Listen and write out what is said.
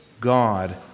God